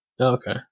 Okay